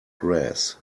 grass